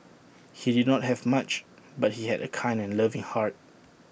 he did not have much but he had A kind and loving heart